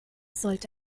sollte